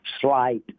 slight